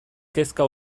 kezka